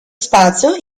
spazio